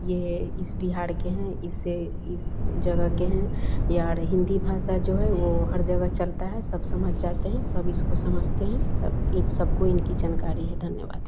यह इस बिहार के हैं इसे इस जगह के हैं यार हिंदी भाषा जो है वह हर जगह चलता है सब समझ जाते हैं सब इसको समझते हैं सब एक सबको इनकी जानकारी है धन्यवाद